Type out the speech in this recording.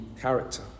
character